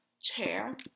chair